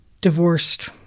divorced